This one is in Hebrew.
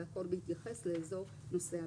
והכול בהתייחס לאזור נושא הבקשה".